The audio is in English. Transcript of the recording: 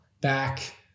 back